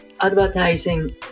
advertising